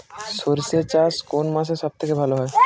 সর্ষে চাষ কোন মাসে সব থেকে ভালো হয়?